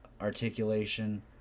articulation